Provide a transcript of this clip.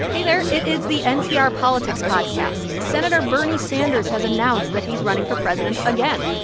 hey there. it is the npr politics podcast. senator bernie sanders has announced that he's running for president again.